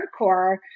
hardcore